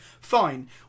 Fine